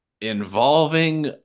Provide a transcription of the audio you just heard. involving